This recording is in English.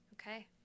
Okay